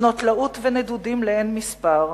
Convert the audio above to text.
שנות תלאות ונדודים לאין מספר.